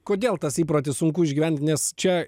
kodėl tas įprotis sunku išgyvent nes čia